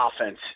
offense